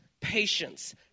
patience